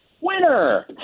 Winner